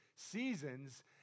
seasons